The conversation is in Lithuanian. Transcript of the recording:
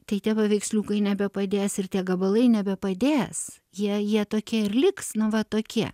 tai tie paveiksliukai nebepadės ir tie gabalai nebepadės jie jie tokie ir liks nu va tokie